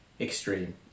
Extreme